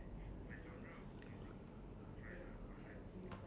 very ya like doesn't appeal me anymore